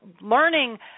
learning